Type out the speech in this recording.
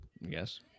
Yes